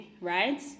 right